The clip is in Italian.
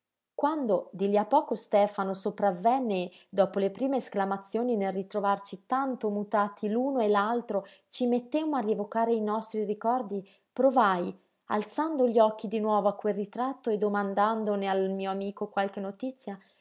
quando di lí a poco stefano sopravvenne e dopo le prime esclamazioni nel ritrovarci tanto mutati l'uno e l'altro ci mettemmo a rievocare i nostri ricordi provai alzando gli occhi di nuovo a quel ritratto e domandandone al mio amico qualche notizia